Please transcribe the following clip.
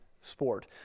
sport